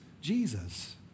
Jesus